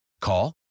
Call